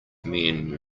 men